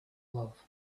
love